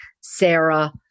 Sarah